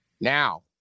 Now